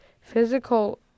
Physical